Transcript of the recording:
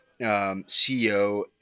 CEO